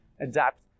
adapt